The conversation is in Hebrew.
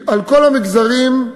בכל המגזרים,